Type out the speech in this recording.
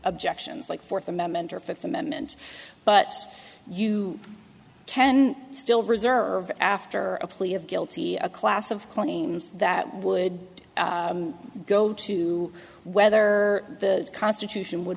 objections like fourth amendment or fifth amendment but you can still reserve after a plea of guilty a class of claims that would go to whether the constitution would